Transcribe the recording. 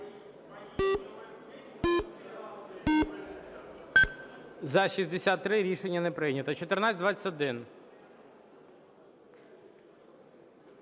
За-63 Рішення не прийнято. 1421.